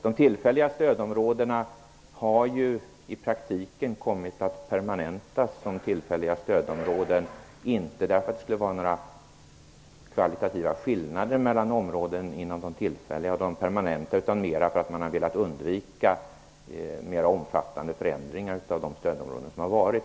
De tillfälliga stödområdena har ju i praktiken kommit att permanentas som tillfälliga stödområden, inte därför att det skulle vara några skillnader mellan de tillfälliga och de permanenta stödområdena utan snarare därför att man har velat undvika mera omfattande förändringar av de stödområden som har funnits.